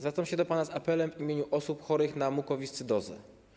Zwracam się do pana z apelem w imieniu osób chorych na mukowiscydozę.